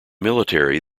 military